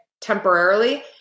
temporarily